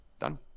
Done